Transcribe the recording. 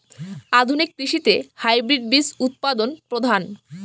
আধুনিক কৃষিতে হাইব্রিড বীজ উৎপাদন প্রধান